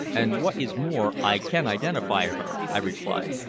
and what is more, i can identify her, i replied.